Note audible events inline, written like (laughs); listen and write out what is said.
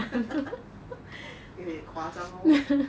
(laughs) 有一点夸张喔